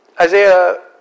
Isaiah